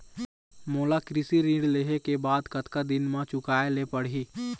मोला कृषि ऋण लेहे के बाद कतका दिन मा चुकाए ले पड़ही?